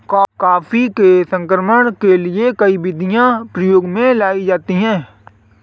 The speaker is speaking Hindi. कॉफी के प्रसंस्करण के लिए कई विधियां प्रयोग में लाई जाती हैं